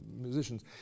musicians